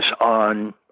on